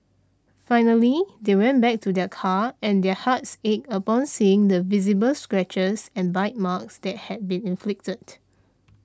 finally they went back to their car and their hearts ached upon seeing the visible scratches and bite marks that had been inflicted